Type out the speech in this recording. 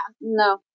no